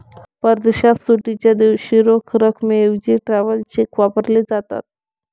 परदेशात सुट्टीच्या दिवशी रोख रकमेऐवजी ट्रॅव्हलर चेक वापरले जातात